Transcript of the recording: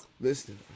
Listen